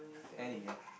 anyway